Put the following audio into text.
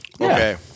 okay